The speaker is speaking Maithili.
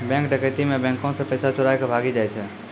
बैंक डकैती मे बैंको से पैसा चोराय के भागी जाय छै